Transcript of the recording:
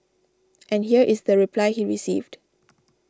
and here is the reply he received